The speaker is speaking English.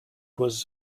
was